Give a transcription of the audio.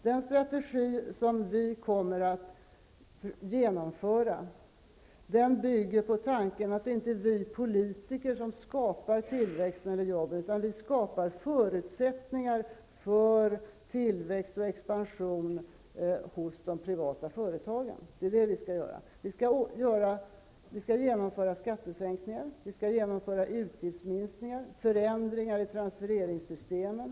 Den strategi som vi kommer att genomföra bygger på tanken att det inte är vi politiker som skapar tillväxten eller jobben, utan vi skapar förutsättningar för tillväxt och expansion hos de privata företagen. Det är det vi skall göra. Vi skall genomföra skattesänkningar, vi skall genomföra utgiftsminskningar och förändringar i transfereringssystemen.